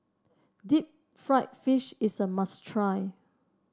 Deep Fried Fish is a must try